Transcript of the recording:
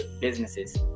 businesses